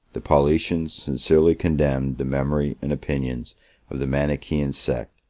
the paulicians sincerely condemned the memory and opinions of the manichaean sect,